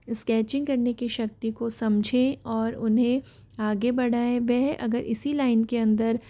sketching करने की शक्ति को समझें और उन्हें आगे बढ़ाएं वह अगर इसी लाइन के अंदर